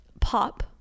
pop